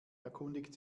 erkundigt